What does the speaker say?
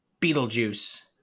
beetlejuice